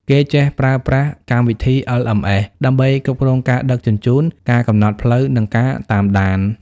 គេចេះប្រើប្រាស់កម្មវិធី LMS ដើម្បីគ្រប់គ្រងការដឹកជញ្ជូន ការកំណត់ផ្លូវ និងការតាមដាន។